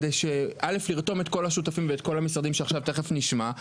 כדי שירתום את כל המשרדים ואת כל השותפים שתכף נשמע,